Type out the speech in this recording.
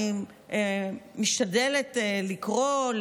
אני משתדלת לקרוא,